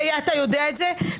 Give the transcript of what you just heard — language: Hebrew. אתה יודע את זה.